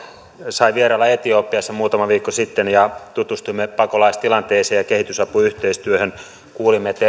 sai vierailla etiopiassa muutama viikko sitten ja tutustuimme pakolaistilanteeseen ja kehitysapuyhteistyöhön kuulimme että